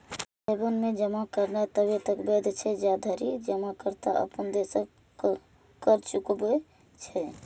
tax haven मे जमा करनाय तबे तक वैध छै, जाधरि जमाकर्ता अपन देशक कर चुकबै छै